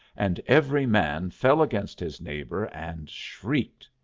and every man fell against his neighbour and shrieked.